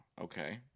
okay